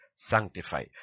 Sanctify